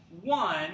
one